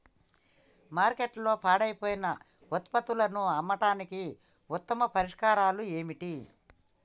మార్కెట్లో పాడైపోయిన ఉత్పత్తులను అమ్మడానికి ఉత్తమ పరిష్కారాలు ఏమిటి?